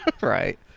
Right